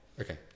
okay